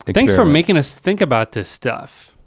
and thanks for making us think about this stuff.